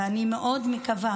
ואני מאוד מקווה,